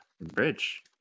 Bridge